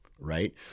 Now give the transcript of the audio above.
Right